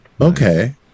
Okay